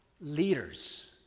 leaders